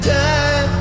die